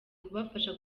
kubafasha